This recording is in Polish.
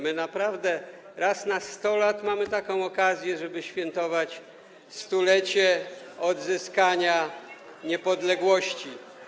My naprawdę raz na 100 lat mamy taką okazję, żeby świętować 100-lecie odzyskania niepodległości.